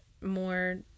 more